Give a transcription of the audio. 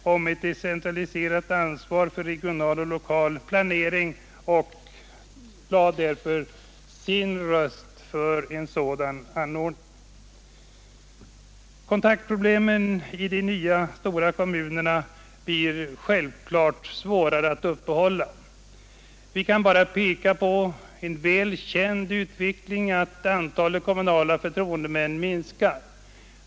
Centern står fast vid sin grundtanke om ett decentraliserat ansvar för regional och lokal planering och lade därför sin röst för en sådan ordning. Kontakterna blir i de nya stora kommunerna självklart svårare att uppehålla. Vi kan bara peka på det välkända förhållandet att antalet kommunala förtroendemän minskar.